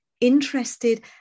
interested